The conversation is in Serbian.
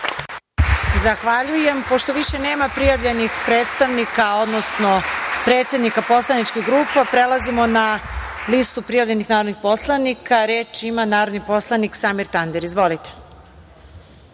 Zahvaljujem. Pošto više nema prijavljenih predstavnika, odnosno predsednika poslaničkih grupa, prelazimo na listu prijavljenih narodnih poslanika. Reč ima narodni poslanik Samir Tandir. Izvolite.